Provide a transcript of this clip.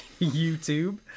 YouTube